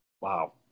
Wow